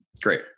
great